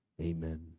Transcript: Amen